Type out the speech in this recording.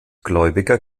gläubiger